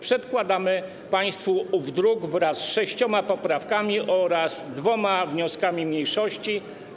Przedkładamy państwu ów druk wraz z sześcioma poprawkami oraz dwoma wnioskami mniejszości.